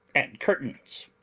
and curtains.